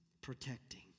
protecting